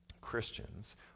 Christians